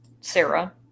sarah